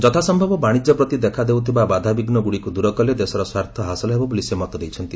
ଯଥାସ୍ୟବ ବାଣିଜ୍ୟ ପ୍ରତି ଦେଖାଦେଉଥିବା ବାଧାବିଘ୍ନଗୁଡ଼ିକୁ ଦୂର କଲେ ଦେଶର ସ୍ୱାର୍ଥ ହାସଲ ହେବ ବୋଲି ସେ ମତ ଦେଇଛନ୍ତି